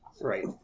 Right